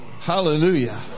Hallelujah